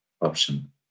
option